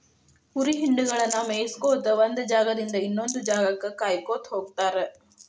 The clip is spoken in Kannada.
ಕುರಿ ಹಿಂಡಗಳನ್ನ ಮೇಯಿಸ್ಕೊತ ಒಂದ್ ಜಾಗದಿಂದ ಇನ್ನೊಂದ್ ಜಾಗಕ್ಕ ಕಾಯ್ಕೋತ ಹೋಗತಾರ